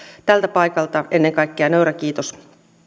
tältä paikalta ennen kaikkea nöyrä kiitos